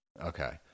Okay